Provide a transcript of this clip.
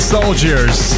Soldiers